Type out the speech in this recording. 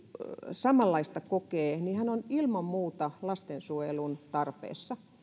samanlaista kokee niin hän on ilman muuta lastensuojelun tarpeessa